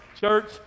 church